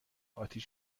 آتش